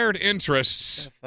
interests